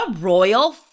royal